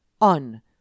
On